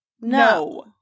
No